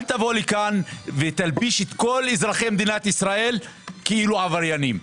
אל תלביש לי כאן את כל אזרחי מדינת ישראל כאילו עבריינים.